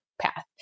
path